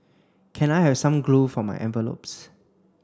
can I have some glue for my envelopes